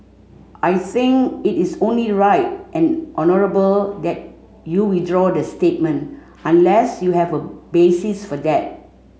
I think it is only right and honourable that you withdraw the statement unless you have a basis for that